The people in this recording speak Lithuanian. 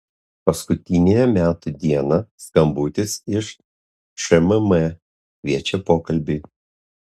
paskutiniąją metų dieną skambutis iš šmm kviečia pokalbiui